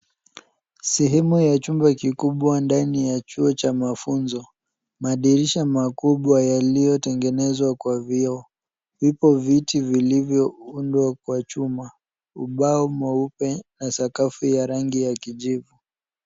Sehemu ya chumba kikubwa ndani ya chuo cha mafunzo. Madirisha makubwa kwa vioo. Vipo viti vilivyoundwa kwa chuma, ubao mweupe na sakafu ya rangi ya kijivu.